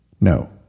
no